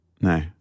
No